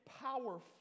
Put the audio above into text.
powerful